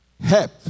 Help